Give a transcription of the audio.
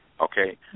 okay